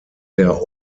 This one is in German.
der